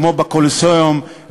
כמו בקולוסיאום,